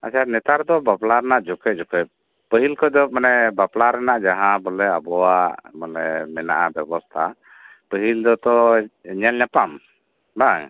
ᱟᱪᱪᱷᱟ ᱱᱮᱛᱟᱨ ᱫᱚ ᱵᱟᱯᱞᱟ ᱨᱮᱭᱟᱜ ᱡᱚᱯᱷᱮ ᱡᱚᱯᱷᱮ ᱯᱟᱹᱦᱤᱞ ᱠᱷᱚᱡ ᱫᱚ ᱢᱟᱱᱮ ᱵᱟᱯᱞᱟ ᱨᱮᱱᱟᱜ ᱡᱟᱦᱟ ᱵᱚᱞᱮ ᱟᱵᱚᱣᱟᱜ ᱢᱟᱱᱮ ᱢᱮᱱᱟᱜᱼᱟ ᱵᱮᱵᱚᱥᱛᱟ ᱯᱟᱹᱦᱤᱞ ᱫᱚᱛᱚ ᱧᱮᱞ ᱧᱟᱯᱟᱢ ᱵᱟᱝ